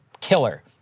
killer